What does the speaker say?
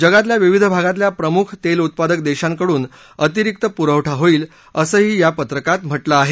जगातल्या विविध भागातल्या प्रमुख तेलउत्पादक देशांकडून अतिरिक्त पुरवठा होईल असंही या पत्रकात म्हटलं आहे